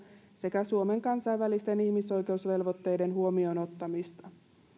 sekä suomen kansainvälisten ihmisoikeusvelvoitteiden huomioon ottamista